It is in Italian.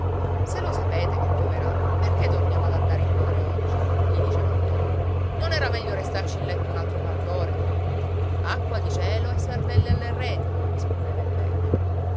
se lo sapete che pioverà perché torniamo ad andare in mare oggi gli diceva ntoni non era meglio restarci in letto un altro par d'ore acqua di cielo e sardelle alle reti rispondeva il vecchio